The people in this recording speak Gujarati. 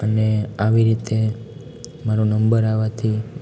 અને આવી રીતે મારો નંબર આવવાથી